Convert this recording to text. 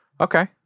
okay